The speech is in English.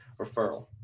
referral